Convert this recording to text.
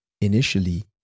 Initially